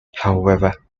however